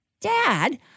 Dad